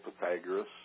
Pythagoras